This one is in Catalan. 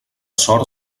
sort